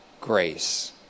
Grace